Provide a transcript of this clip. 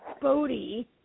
Bodie